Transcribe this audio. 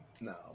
No